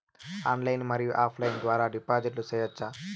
Online మరియు offline ద్వారా డిపాజిట్లు సేయొచ్చా?